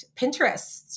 Pinterest